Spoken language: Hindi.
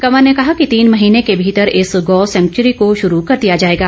कंवर ने कहा कि तीन महीने के भीतर इस गौ सैंक्वूरी को शुरू कर दिया जाएगा